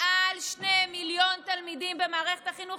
מעל שני מיליון תלמידים במערכת החינוך,